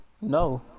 No